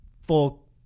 full